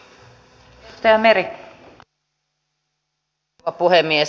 arvoisa rouva puhemies